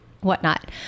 whatnot